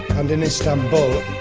and in istanbul